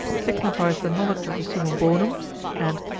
signifies the knowledge of the summum bonum and,